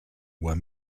were